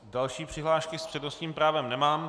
Další přihlášky s přednostním právem nemám.